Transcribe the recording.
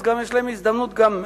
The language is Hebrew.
אז גם יש להם הזדמנות להוסיף,